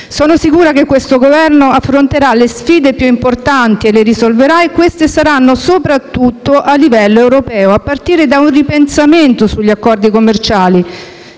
Sono sicura che questo Governo affronterà le sfide più importanti e le risolverà e queste saranno soprattutto a livello europeo, a partire da un ripensamento sugli accordi commerciali,